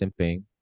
simping